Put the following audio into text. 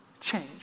change